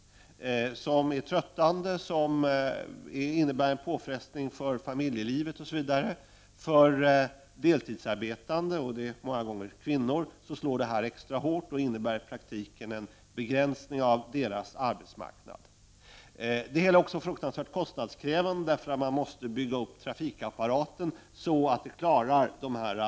Dessa resor är tröttande och innebär en påfrestning för familjelivet osv. För de deltidsarbetande, många gånger kvinnor, slår detta extra hårt och innebär i praktiken en begränsning av deras arbetsmarknad. Det hela är också fruktansvärt kostnadskrävande, eftersom trafikappara ten måste byggas ut så att topparna morgon och kväll kan klaras. Kollektiv — Prot.